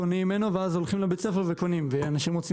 קונים ממנו ואז הולכים לבית הספר ומוכרים ואנשים רוצים